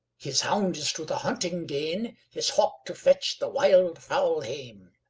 his hound is to the hunting gane, his hawk to fetch the wild-fowl hame,